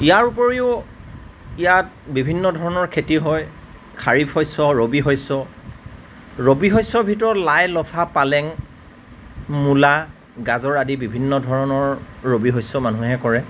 ইয়াৰোপৰিও ইয়াত বিভিন্ন ধৰণৰ খেতি হয় খাৰিফ শস্য ৰবি শস্য ৰবি শস্য ভিতৰত লাই লফা পালেং মূলা গাজৰ আদি বিভিন্ন ধৰণৰ ৰবি শস্য মানুহে কৰে